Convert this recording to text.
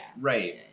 Right